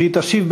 להשיב